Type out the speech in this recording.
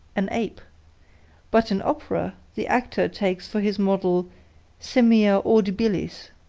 an ape but in opera the actor takes for his model simia audibilis